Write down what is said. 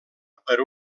per